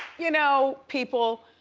you know, people,